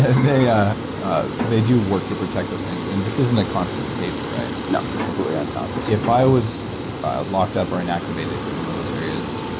ah they ah ah they do work to protect those things and this isn't a conscious behavior, right? no, completely unconscious. if i was locked up or inactivated in one of those areas,